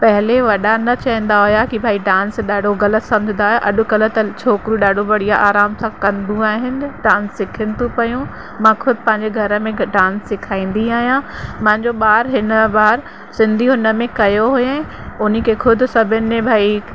पहिले वॾा न चईंदा हुआ कि भई डांस ॾाढो ग़लति सम्झंदा हुया अॼु कल्ह त छोकिरियूं ॾाढो बढ़िया आराम सां कंदियूं आहिनि डांस सिखनि थी पयूं मां ख़ुदि पंहिंजे घर में डांस सेखारींदी आहियां मुंहिंजो ॿार हिन बार सिंधियुनि हुनमें कयो हूअं ई उनखे ख़ुदि सभिनि में भई